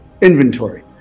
inventory